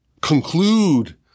conclude